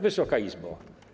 Wysoka Izbo!